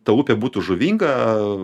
ta upė būtų žuvinga